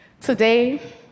Today